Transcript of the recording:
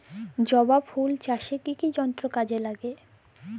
জবা ফুল চাষে কি কি যন্ত্র কাজে লাগে?